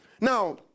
Now